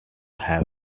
have